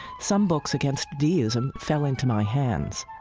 some books against deism fell into my hands.